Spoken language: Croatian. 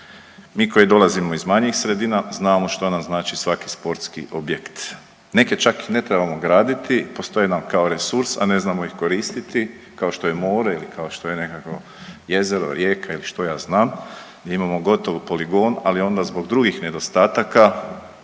Mi koji dolazimo iz manjih sredina znamo što nam znači svaki sportski objekt, neke čak i ne trebamo graditi postoje nam kao resurs, a ne znamo ih koristiti kao što je more ili kao što je nekakvo jezero, rijeka ili šta ja znam imamo gotov poligon, ali onda zbog drugih nedostataka